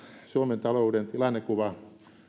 suomen talouden tilannekuva